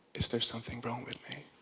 is there something wrong with me?